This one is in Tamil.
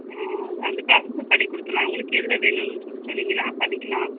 ஆ அந்த ப்ராசஸும் பண்ணி கொடுத்துர்லாம் உங்களுக்கு எதில் வேணுன்னு சொன்னிங்கன்னா பண்ணிக்கலாம்